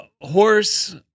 horse